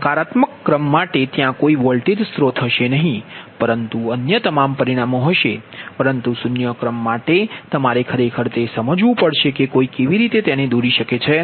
નકારાત્મક ક્રમ માટે ત્યાં કોઈ વોલ્ટેજ સ્રોત હશે નહીં પરંતુ અન્ય તમામ પરિમાણો હશે પરંતુ શૂન્ય ક્રમ માટે તમારે ખરેખર તે સમજવું પડશે કે કોઈ કેવી રીતે તેને દોરી શકે છે